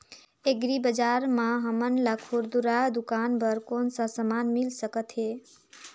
Agri बजार म हमन ला खुरदुरा दुकान बर कौन का समान मिल सकत हे?